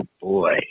boy